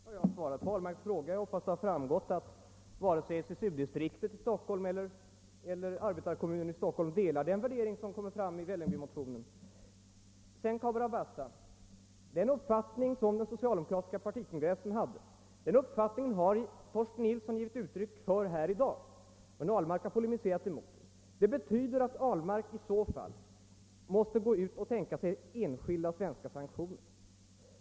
Herr talman! Jag har redan besvarat herr Ahlmarks fråga. Jag hoppas att det framgått att varken SSU-distriktet i Stockholm eller arbetarekommunen i Stockholm delar den värdering som kommer till uttryck i motionen från SSU-Vällingby. Beträffande Cabora Bassa vill jag säga att Torsten Nilsson i dag givit uttryck för den uppfattning som den socialdemokratiska partikongressen uttalat, men herr Ahlmark har polemiserat mot denna uppfattning. Det betyder att herr Ahlmark måste tänka sig enskilda svenska sanktioner.